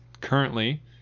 Currently